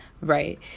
right